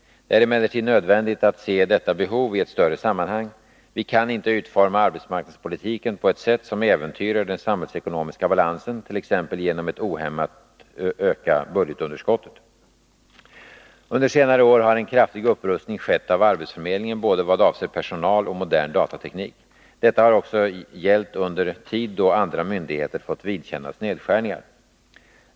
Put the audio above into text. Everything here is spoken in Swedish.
Det är emellertid nödvändigt att se detta behovi ett större sammanhang. Vi kan inte utforma arbetsmarknadspolitiken på ett sätt som äventyrar den samhällsekonomiska balansen, t.ex. genom att ohämmat öka budgetunderskottet. Under senare år har en kraftig upprustning skett av arbetförmedlingen vad avser både personal och modern datateknik. Detta har också gällt under tid då andra myndigheter fått vidkännas nedskärningar.